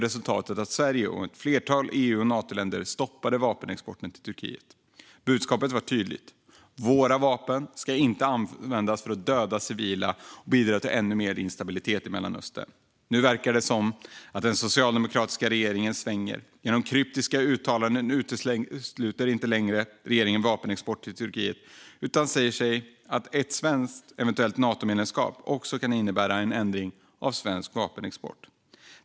Resultatet blev att Sverige och ett flertal EU och Natoländer stoppade vapenexporten till Turkiet. Budskapet var tydligt: Våra vapen ska inte användas för att döda civila och bidra till ännu mer instabilitet i Mellanöstern. Nu verkar det som att den socialdemokratiska regeringen svänger. Genom kryptiska uttalanden utesluter inte längre regeringen vapenexport till Turkiet utan säger att ett eventuellt svenskt Natomedlemskap också kan innebära en ändring av svensk vapenexport.